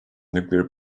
nuclear